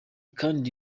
kandi